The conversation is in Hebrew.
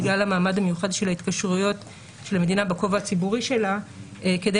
בגלל המעמד המיוחד של ההתקשרויות של המדינה בכובע הציבורי שלה כדי